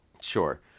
Sure